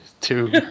two